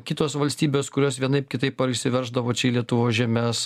kitos valstybės kurios vienaip kitaip išsiverždavo čia į lietuvos žemes